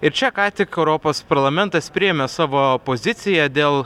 ir čia ką tik europos parlamentas priėmė savo poziciją dėl